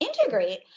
integrate